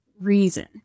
reason